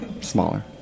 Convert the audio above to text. Smaller